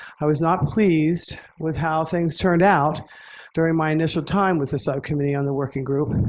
i was not pleased with how things turned out during my initial time with the subcommittee on the working group. and